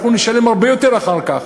אנחנו נשלם הרבה יותר אחר כך.